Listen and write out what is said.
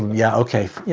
yeah, okay. you